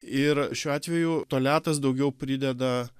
ir šiuo atveju toliatas daugiau prideda